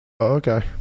okay